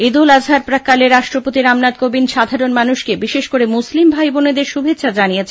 ঈদ উল আযাহা র প্রাক্কালে আজ রাষ্ট্রপতি রামনাথ কোবিন্দ সাধারণ মানুষকে বিশেষ করে মুসলিম ভাইবোনেদের শুভেচ্ছা জানিয়েছেন